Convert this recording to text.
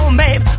babe